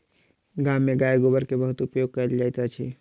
गाम में गाय गोबर के बहुत उपयोग कयल जाइत अछि